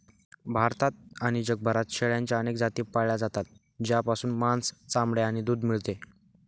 भारतात आणि जगभरात शेळ्यांच्या अनेक जाती पाळल्या जातात, ज्यापासून मांस, चामडे आणि दूध मिळते